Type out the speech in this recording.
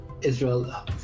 Israel